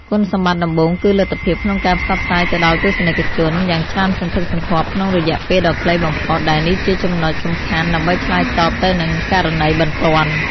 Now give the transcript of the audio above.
គុណសម្បត្តិដំបូងគឺលទ្ធភាពក្នុងការផ្សព្វផ្សាយទៅដល់ទស្សនិកជនយ៉ាងច្រើនសន្ធឹកសន្ធាប់ក្នុងរយៈពេលដ៏ខ្លីបំផុត ដែលនេះជាចំណុចសំខាន់ដើម្បីឆ្លើយតបទៅនឹងករណីបន្ទាន់។